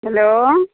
hello